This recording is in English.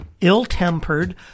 ill-tempered